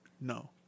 no